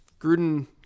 Gruden